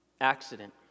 accident